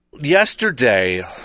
yesterday